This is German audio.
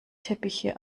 teppiche